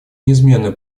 неизменную